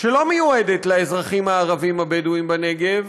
שלא מיועדת לאזרחים הערבים הבדואים בנגב,